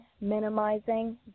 minimizing